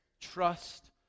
Trust